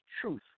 truth